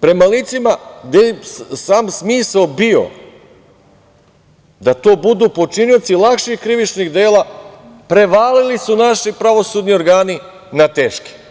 prema licima, gde je i sam smisao bio da to budu počinioci lakših krivičnih dela, prevalili su naši pravosudni organi na teške.